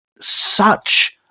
such-